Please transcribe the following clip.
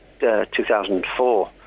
2004